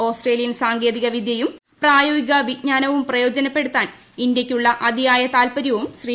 Australian സാങ്കേതിക വിദ്യയും പ്രായോഗിക വിജ്ഞാനവും പ്രയോജനപ്പെടുത്താൻ ഇന്തൃയ്ക്കുള്ള അതിയായ താല്പര്യവും ശ്രീ